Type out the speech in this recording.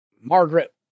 Margaret